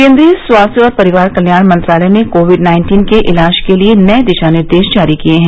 केन्द्रीय स्वास्थ्य और परिवार कल्याण मंत्रालय ने कोविड नाइन्टीन के इलाज के लिए नए दिशा निर्देश जारी किए हैं